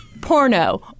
porno